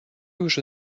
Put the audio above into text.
уже